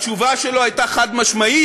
התשובה שלו הייתה חד-משמעית,